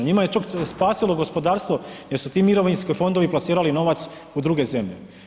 Njima je čak spasilo gospodarstvo jer su ti mirovinski fondovi plasirali novac u druge zemlje.